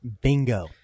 Bingo